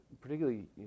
particularly